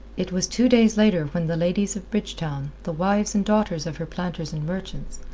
it was two days later when the ladies of bridgetown, the wives and daughters of her planters and merchants,